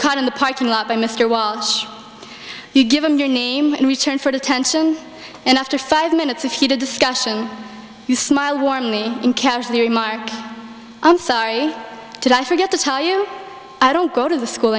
caught in the parking lot by mr welch you give him your name in return for attention and after five minutes of heated discussion you smile warmly in casual remark i'm sorry did i forget to tell you i don't go to the school